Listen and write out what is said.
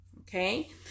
okay